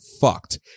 fucked